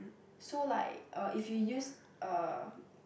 so like uh if you use uh